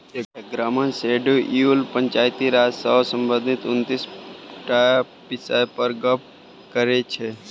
एगारहम शेड्यूल पंचायती राज सँ संबंधित उनतीस टा बिषय पर गप्प करै छै